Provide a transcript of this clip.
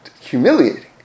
humiliating